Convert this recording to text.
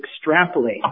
extrapolate